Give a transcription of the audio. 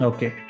Okay